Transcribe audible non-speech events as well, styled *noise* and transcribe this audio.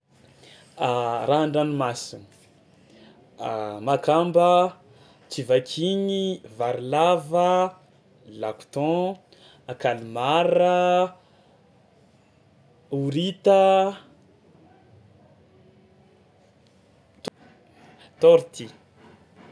*hesitation* Raha an-dranomasina: *hesitation* makamba, tsivakigny, varilava, lako thon, a kalmara, horita, to- tortue.